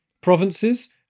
provinces